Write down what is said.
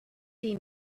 see